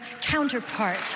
counterpart